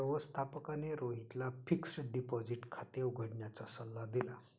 व्यवस्थापकाने रोहितला fixed deposit खाते उघडण्याचा सल्ला दिला